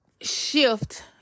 shift